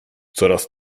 coraz